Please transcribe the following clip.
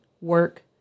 work